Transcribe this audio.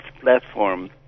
platform